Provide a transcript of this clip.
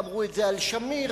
ואמרו זאת על שמיר,